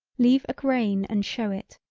leave a grain and show it,